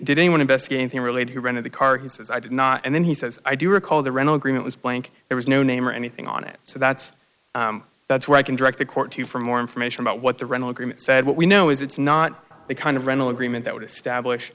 did anyone investigating relate who rented the car who says i did not and then he says i do recall the rental agreement was blank there was no name or anything on it so that's that's where i can direct the court to for more information about what the rental agreement said what we know is it's not the kind of rental agreement that would establish